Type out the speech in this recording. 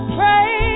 pray